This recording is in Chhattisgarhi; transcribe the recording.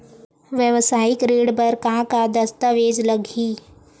वेवसायिक ऋण बर का का दस्तावेज लगही?